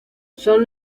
son